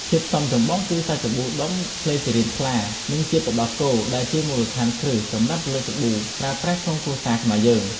ធាតុផ្សំចម្បងគឺសាច់សាប៊ូដុំក្លីសេរីនថ្លា និង ជាតិទឹកដោះគោដែលជាមូលដ្ឋានគ្រឹះសម្រាប់ផលិតសាប៊ូប្រើប្រាស់ក្នុងគ្រួសារខ្មែរយើង។